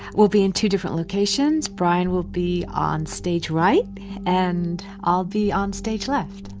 we'll be in two different locations. brian will be on stage right and i'll be on stage left.